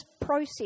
process